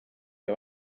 que